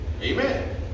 Amen